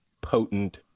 potent